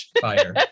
fire